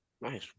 Nice